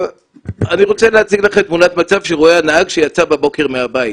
אני רוצה להציג לכם תמונת מצב שרואה הנהג שיצא בבוקר מהבית,